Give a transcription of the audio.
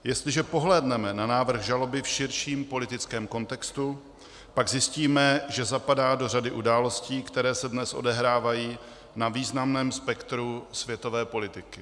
Jestliže pohlédneme na návrh žaloby v širším politickém kontextu, pak zjistíme, že zapadá do řady událostí, které se dnes odehrávají na významném spektru světové politiky.